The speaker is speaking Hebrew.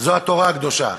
זה התורה הקדושה.